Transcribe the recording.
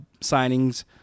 signings